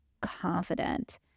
confident